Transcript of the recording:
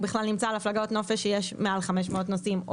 נמצא בהפלגת נופש שיש בה מעל 500 נוסעים.